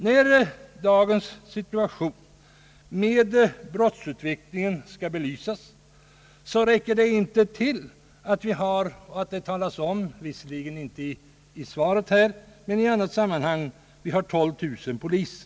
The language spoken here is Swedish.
När dagens situation beträffande brottsutvecklingen skall belysas räcker det inte att det talas om — visserligen inte i svaret här utan i andra sammanhand — att vi har 12 000 polismän.